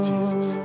Jesus